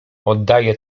oddaje